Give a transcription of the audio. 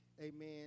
amen